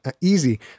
easy